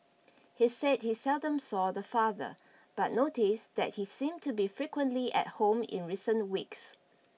he said he seldom saw the father but noticed that he seemed to be frequently at home in recent weeks